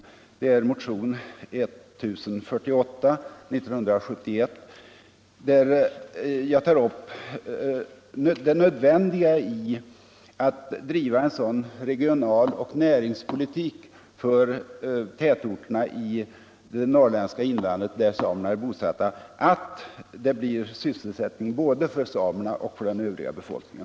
Det är motionen 1048 år 1971, i vilken jag tar upp det nödvändiga i att driva en sådan regionaloch näringspolitik för de tätorter i det norrländska inlandet, där samerna är bosatta, att det blir full och allsidig sysselsättning både för samerna och för den övriga befolkningen.